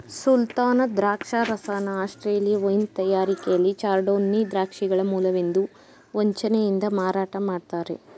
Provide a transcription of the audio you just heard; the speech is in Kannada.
ಸುಲ್ತಾನ ದ್ರಾಕ್ಷರಸನ ಆಸ್ಟ್ರೇಲಿಯಾ ವೈನ್ ತಯಾರಿಕೆಲಿ ಚಾರ್ಡೋನ್ನಿ ದ್ರಾಕ್ಷಿಗಳ ಮೂಲವೆಂದು ವಂಚನೆಯಿಂದ ಮಾರಾಟ ಮಾಡ್ತರೆ